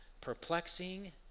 perplexing